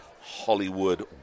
Hollywood